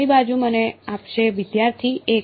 જમણી બાજુ મને આપશે વિદ્યાર્થી 1